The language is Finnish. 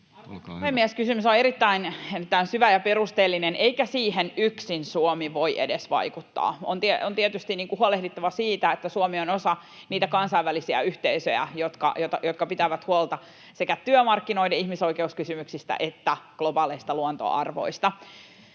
puhemies! Kysymys on erittäin syvä ja perusteellinen, eikä siihen yksin Suomi voi edes vaikuttaa. On tietysti huolehdittava siitä, että Suomi on osa niitä kansainvälisiä yhteisöjä, jotka pitävät huolta sekä työmarkkinoiden ihmisoikeuskysymyksistä että globaaleista luontoarvoista.